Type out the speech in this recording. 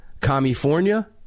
California